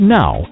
now